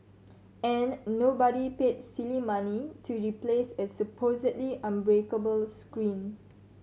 and nobody paid silly money to replace a supposedly unbreakable screen